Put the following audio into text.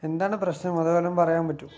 എന്താണ് പ്രശ്നം അതേലും പറയാൻ പറ്റുമോ